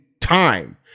time